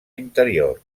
interior